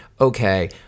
okay